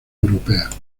europeas